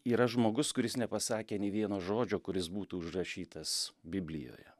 yra žmogus kuris nepasakė nei vieno žodžio kuris būtų užrašytas biblijoje